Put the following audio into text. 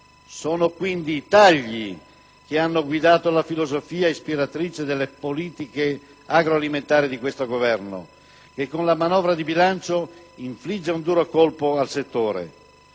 Sono, quindi, i tagli la filosofia ispiratrice delle politiche agroalimentari di questo Governo che con la manovra di bilancio infligge un duro colpo al settore.